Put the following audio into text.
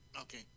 Okay